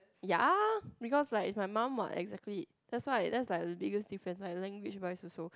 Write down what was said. ya because like if my mom what exactly that's why that's like the biggest difference like language wise also